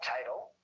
title